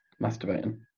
masturbating